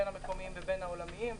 בין המקומיים ובין העולמיים.